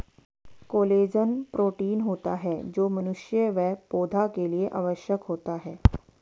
collagen protein होता है जो मनुष्य व पौधा के लिए आवश्यक होता है